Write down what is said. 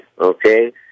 okay